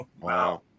Wow